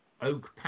oak